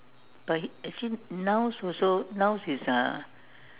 but actually nouns also nouns is uh